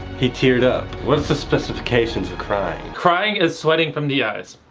he teared up. what's the specifications of crying? crying is sweating from the eyes.